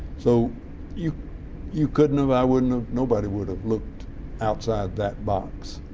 so you you couldn't have, i wouldn't nobody would have looked outside that box.